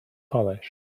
polish